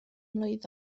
mlwydd